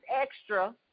extra